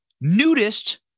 nudist